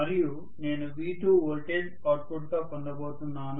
మరియు నేను V2 voltage output గా పొందబోతున్నాను